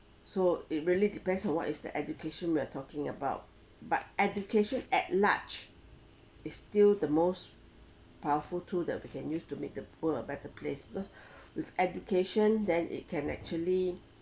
so it really depends on what is the education we're talking about but education at large is still the most powerful tool that we can use to make the world a better place because with education then it can actually